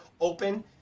open